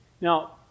Now